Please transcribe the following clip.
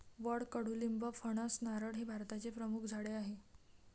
वड, कडुलिंब, फणस, नारळ हे भारताचे प्रमुख झाडे आहे